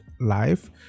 live